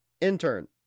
Intern